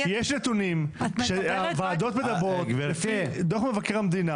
יש נתונים שהוועדות מדברות לפי דוח מבקר המדינה